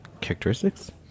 Characteristics